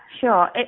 Sure